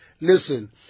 Listen